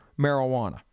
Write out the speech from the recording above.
marijuana